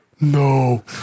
No